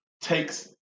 takes